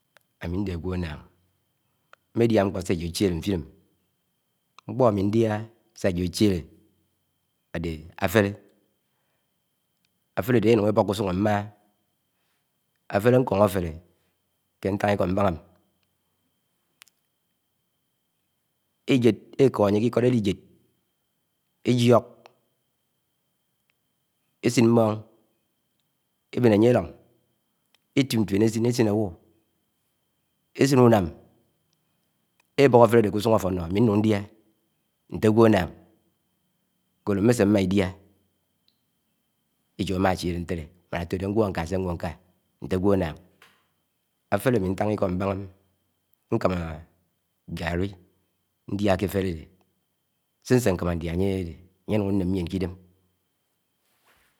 Ám̱i ndé ágwọ́ áṉṉaṉg, m̱m̱édiá ṉkṕọ. Se ejọ ochele ṉfiném̱ ṇkpo ami ndíáh́a sá éjo áchélé áḍe. afele, afélé áḍe eṇuk ebok ke usun. am̱i m̱m̱ah. Afele nko̱n afele ke ntan. iko mbanàm eko ánye ké Ik’od elijéd, ejiok ėsin m̱ṃon, eben anye elo̱n, etim ntuen esin, esin áwú, esin unam-ebok. afele ade ke usun áfono̱, ami nun dia. nte agwo̱ annang, nsadehe m̱m̱ese. mma idia ké ejo áma achele ntele mmon. átọde ngẃo nká sé ngẃo nká, ntẹ agwọ. annang. afele ámi ntahá iko mbahami ṇkámá ṉkáli ṇdiá aṇye ádẹdẹ